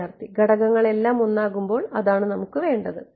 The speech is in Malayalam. വിദ്യാർത്ഥി ഘടകങ്ങളെല്ലാം ഒന്നാകുമ്പോൾ അതാണ് നമുക്ക് വേണ്ടത്